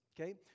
okay